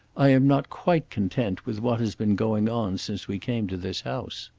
i am not quite content with what has been going on since we came to this house.